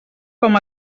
com